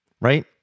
Right